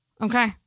Okay